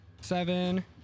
seven